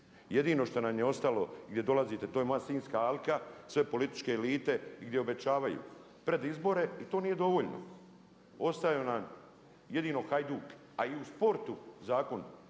Jedino što nam je ostalo gdje dolazite to je moja Sinjska alka, sve političke elite gdje obećavaju pred izbore i to nije dovoljno. Ostaje nam jedino Hajduk, a i u sportu zakon